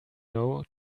know